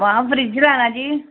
मे फ्रिज लेना जी